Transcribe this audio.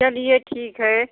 चलिए ठीक है